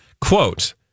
Quote